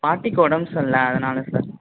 பாட்டிக்கு உடம்பு சரியில்லை அதனால் சார்